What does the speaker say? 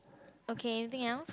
okay anything else